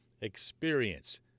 experience